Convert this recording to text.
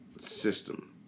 system